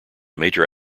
major